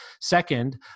Second